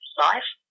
life